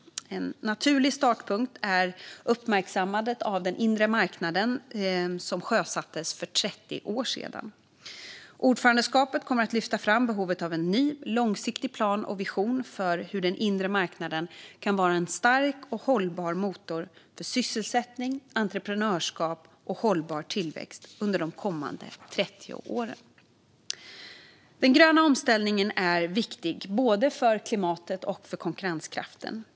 En naturlig startpunkt är uppmärksammandet av att den inre marknaden sjösattes för 30 år sedan. Ordförandeskapet kommer att lyfta fram behovet av en ny, långsiktig plan och vision för hur den inre marknaden kan vara en stark och hållbar motor för sysselsättning, entreprenörskap och hållbar tillväxt även under de kommande 30 åren. Den gröna omställningen är viktig för både klimatet och konkurrenskraften.